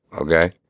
okay